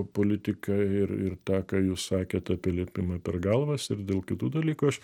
politika ir ir tą ką jūs sakėt apie lipimą per galvas ir dėl kitų dalykų aš